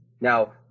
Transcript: Now